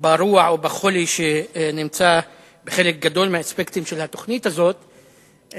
על הרוע או החולי שנמצא בחלק גדול מהאספקטים של התוכנית הזאת,